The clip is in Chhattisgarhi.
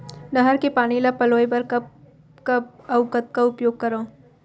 नहर के पानी ल पलोय बर कब कब अऊ कतका उपयोग करंव?